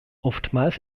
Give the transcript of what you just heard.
oftmals